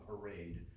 parade